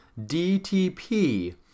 DTP